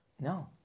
No